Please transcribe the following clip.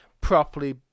properly